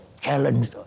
challenge